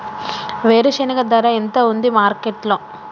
వేరుశెనగ ధర ఎంత ఉంది మార్కెట్ లో?